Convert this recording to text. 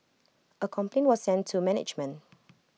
A complaint was sent to management